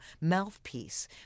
mouthpiece